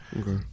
Okay